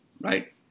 right